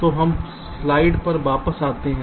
तो हम स्लाइड पर वापस जाते हैं